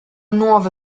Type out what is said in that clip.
nuove